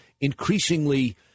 increasingly